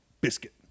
biscuit